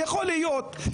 יכול להיות,